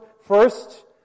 first